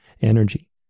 energy